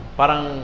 parang